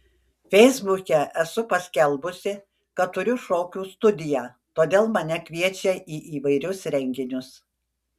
feisbuke esu paskelbusi kad turiu šokių studiją todėl mane kviečia į įvairius renginius